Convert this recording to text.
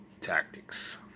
tactics